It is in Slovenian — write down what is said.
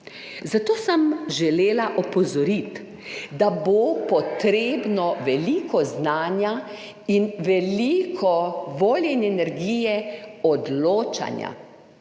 zato sem želela opozoriti, da bo potrebno veliko znanja in veliko volje in energije odločanja.